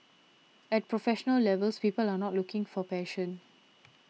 at professional levels people are not looking for passion